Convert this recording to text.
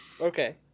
Okay